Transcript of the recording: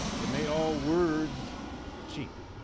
it made all words cheap.